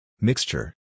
Mixture